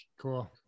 cool